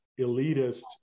elitist